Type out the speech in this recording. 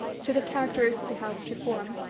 to the characters they help to form.